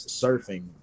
surfing